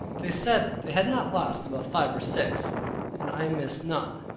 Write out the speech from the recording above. they said they had not lost above five or six and i missed none,